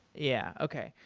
yeah, okay.